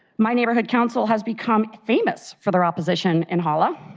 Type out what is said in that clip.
my neighborhood council has become famous for their opposition in hala.